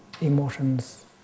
emotions